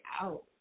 out